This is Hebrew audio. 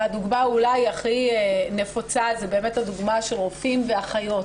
הדוגמה האולי הכי נפוצה היא באמת הדוגמה של רופאים ואחיות.